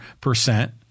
percent